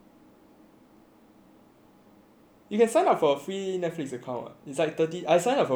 you can sign up for free Netflix account [what] it's like thirty I signed up for one I don't have Netflix also